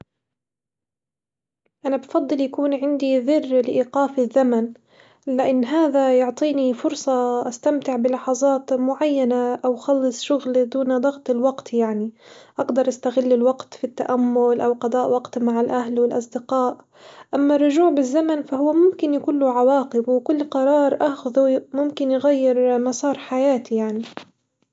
أنا بفضل يكون عندي زر لإيقاف الزمن، لإن هذا يعطيني فرصة أستمتع بلحظات معينة، أو خلّص شغل دون ضغط الوقت يعني أقدر أستغل الوقت في التأمل أو قضاء وقت مع الأهل والأصدقاء، أما الرجوع بالزمن فهو ممكن يكون له عواقب وكل قرار آخذه ممكن يغير مسار حياتي يعني.